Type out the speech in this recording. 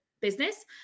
business